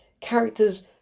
characters